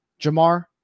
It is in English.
Jamar